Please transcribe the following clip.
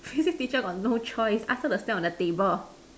Physics teacher got no choice ask her to stand on the table